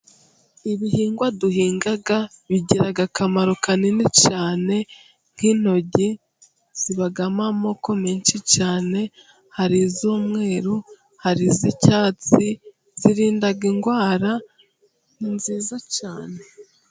Ibihingwa duhinga bigira akamaro kanini cyane, nk' intoryi zibamo amoko menshi cyane hari iz'umweru, hari iz'icyatsi zirinda indwara ni nziza cyane.